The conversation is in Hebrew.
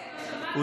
נכון?